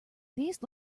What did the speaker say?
these